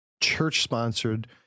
church-sponsored